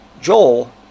Joel